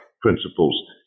principles